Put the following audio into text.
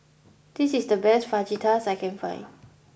this is the best Fajitas that I can find